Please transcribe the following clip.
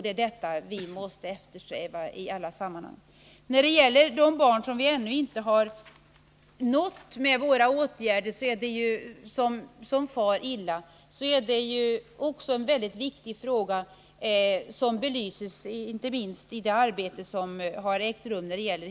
Det är detta vi måste eftersträva i alla sammanhang. En mycket viktig fråga, som inte minst har belysts i det arbete som har ägt rum kring hela socialtjänstlagen, är vad som kan göras för de barn som far illa och som vi ännu inte har nått med våra åtgärder.